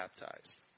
baptized